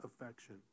affection